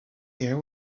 air